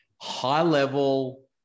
high-level